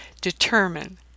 Determine